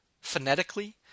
phonetically